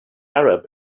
arab